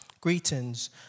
greetings